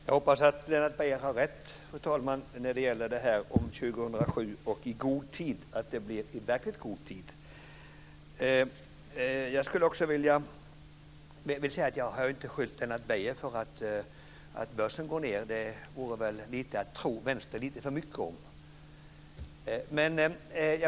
Fru talman! Jag hoppas att Lennart Beijer har rätt om det här med år 2007 och detta med i god tid. Jag hoppas alltså att det sker i verkligt god tid. Jag har inte skyllt börsnedgången på Lennart Beijer. Det vore väl att tro Vänstern om lite för mycket.